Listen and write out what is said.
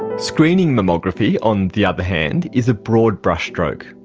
screening mammography, on the other hand, is a broad brushstroke.